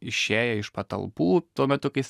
išėję iš patalpų tuo metu kai jis